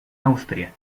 austria